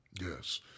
Yes